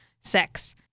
sex